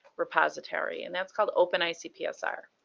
repository. and that's called openicpsr.